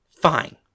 Fine